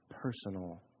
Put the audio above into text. personal